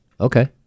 okay